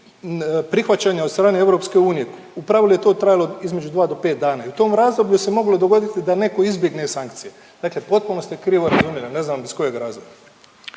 prihvaćanja od strane EU. U pravilu je to trajalo između 2 do 5 dana i u tom razdoblju se moglo dogoditi da neko izbjegne sankcije, dakle potpuno ste krivo razumjeli, ne znam iz kojeg razloga.